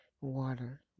Water